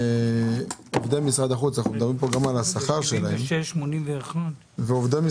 למה יש סכסוך עבודה?